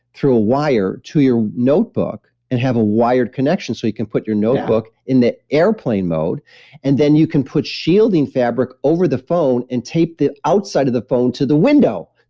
through wire to your notebook and have a wired connection. so you can put your notebook in the airplane mode and then you can put shielding fabric over the phone and tape the outside of the phone to the window.